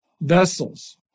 vessels